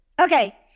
Okay